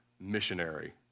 missionary